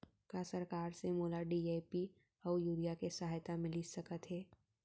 का सरकार से मोला डी.ए.पी अऊ यूरिया के सहायता मिलिस सकत हे?